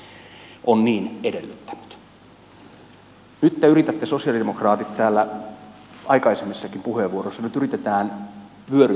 nyt te sosialidemokraatit yritätte täällä aikaisemmissakin puheenvuoroissa vyöryttää syyn oikeuskanslerille